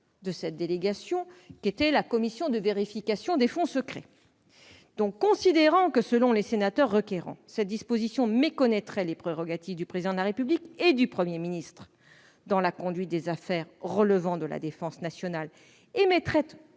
de la décision du Conseil constitutionnel :« Considérant que, selon les sénateurs requérants, cette disposition méconnaîtrait les prérogatives du Président de la République et du Premier ministre dans la conduite des affaires relevant de la défense nationale et mettrait